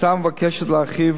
ההצעה מבקשת להרחיב